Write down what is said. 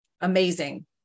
amazing